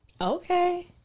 Okay